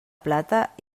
plata